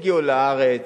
הגיעו לארץ,